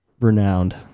renowned